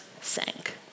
sank